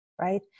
right